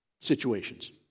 situations